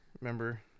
Remember